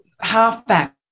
halfback